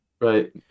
right